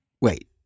Wait